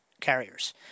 carriers